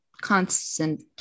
constant